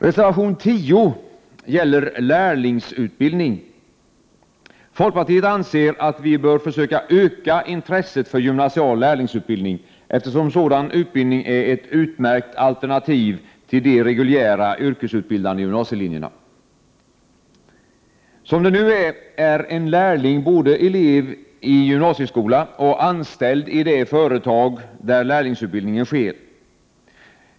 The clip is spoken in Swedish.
Reservation 10 gäller lärlingsutbildning. Folkpartiet anser att vi bör försöka öka intresset för gymnasial lärlingsutbildning, eftersom sådan utbildning är ett utmärkt alternativ till de reguljära yrkesutbildande gymnasielinjerna. En lärling är nu både elev i gymnasieskola och anställd i det företag där lärlingsutbildningen sker.